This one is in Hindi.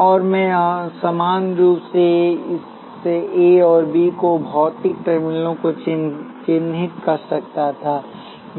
और मैं समान रूप से इस ए और बी को भौतिक टर्मिनलों को चिह्नित कर सकता था